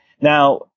Now